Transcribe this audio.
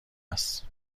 است